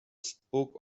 spoke